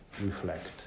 reflect